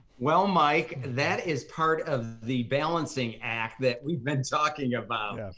well, mike, that is part of the balancing act that we've been talking about. yeah.